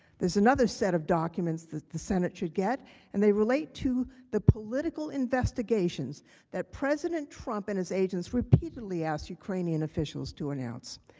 there is another set of documents the the senate should get and related to the political investigations that president trump and his agents repeatedly ask ukrainian officials to announce.